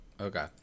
Okay